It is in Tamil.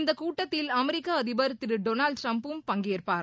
இந்த கூட்டத்தில் அமெரிக்க அதிபர் திரு டொனால்ட் டிரம்பும் பங்கேற்பார்